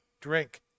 drink